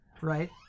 Right